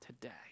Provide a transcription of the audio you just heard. today